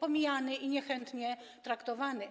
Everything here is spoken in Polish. pomijany i niechętnie traktowany.